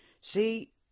See